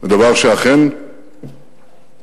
דבר שאכן מופעל